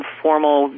formal